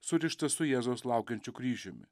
surištas su jėzaus laukiančiu kryžiumi